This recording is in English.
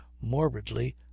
morbidly